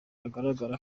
agaragara